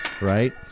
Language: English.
right